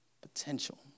Potential